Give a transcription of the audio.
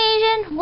Asian